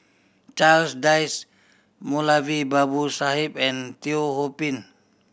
Charles Dyce Moulavi Babu Sahib and Teo Ho Pin